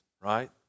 right